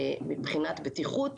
מבחינת בטיחות,